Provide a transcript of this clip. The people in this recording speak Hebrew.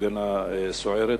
הפגנה סוערת.